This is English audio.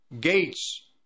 Gates